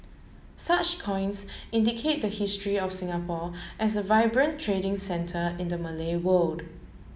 such coins indicate the history of Singapore as a vibrant trading centre in the Malay world